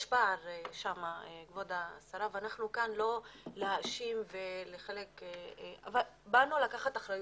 יש שם פער ואנחנו כאן לא כדי להאשים אבל באנו לקחת אחריות.